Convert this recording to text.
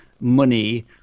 money